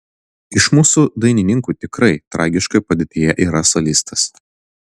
iš mūsų dainininkų tikrai tragiškoje padėtyje yra solistas